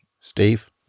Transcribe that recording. Steve